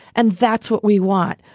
and that's what we want.